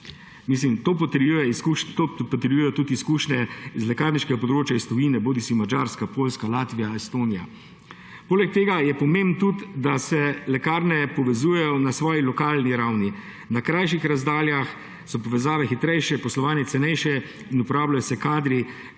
Mislim, to potrjujejo tudi izkušnje iz lekarniškega področja iz tujine, bodisi Madžarska, Poljska, Latvija, Estonija. Poleg tega je pomembno tudi, da se lekarne povezujejo na svoji lokalni ravni. Na krajših razdaljah so povezave hitrejše, poslovanje cenejše in kadri